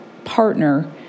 partner